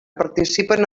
participen